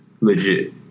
Legit